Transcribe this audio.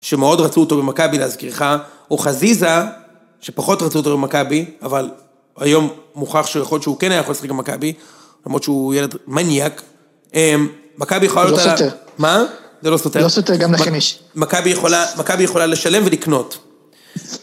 שמאוד רצו אותו במכבי להזכירך, או חזיזה שפחות רצו אותו במכבי, אבל היום מוכח שהוא כן היה יכול לשחק במכבי, למרות שהוא ילד מניאק. מכבי יכולה... לא סוטר. מה? זה לא סוטר. לא סוטר גם לכניש. מכבי יכולה לשלם ולקנות.